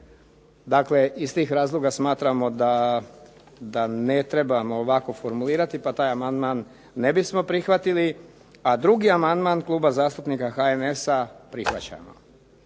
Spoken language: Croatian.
Dakle, iz tih razloga smatramo da ne trebamo ovako formulirati pa taj amandman ne bismo prihvatili. A drugi amandman Kluba zastupnika HNS-a prihvaćamo.